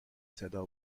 صدا